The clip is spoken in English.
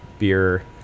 beer